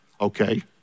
Okay